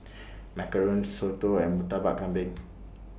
Macarons Soto and Murtabak Kambing